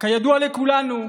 כידוע לכולנו,